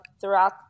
throughout